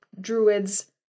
Druids